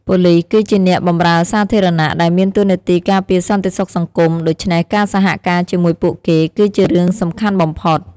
ប៉ូលិស គឺជាអ្នកបម្រើសាធារណៈដែលមានតួនាទីការពារសន្តិសុខសង្គម ដូច្នេះការសហការជាមួយពួកគេ គឺជារឿងសំខាន់បំផុត។